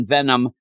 Venom